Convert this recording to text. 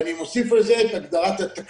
ואני מוסיף על זה את הגדרת התקציב.